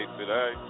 today